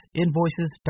invoices